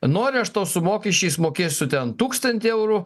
nori aš to su mokesčiais mokėsiu ten tūkstantį eurų